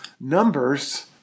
numbers